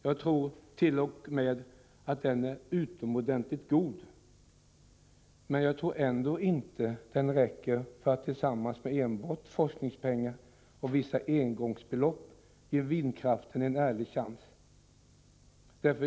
Jag tror t.o.m. att den är utomordentligt god, men jag tror ändå inte den räcker för att tillsammans med enbart forskningspengar och vissa engångsbelopp ge vindkraften en ärlig chans.